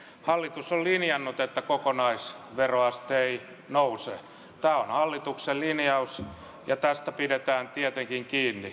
hallitus on linjannut että kokonaisveroaste ei nouse tämä on hallituksen linjaus ja tästä pidetään tietenkin